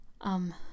Um